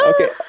Okay